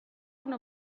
una